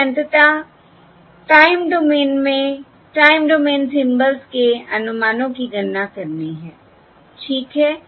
हमें अंततः time domain में टाइम डोमेन सिम्बल्स के अनुमानों की गणना करनी है ठीक है